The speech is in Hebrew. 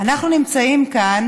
אנחנו נמצאים כאן